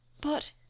But